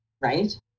right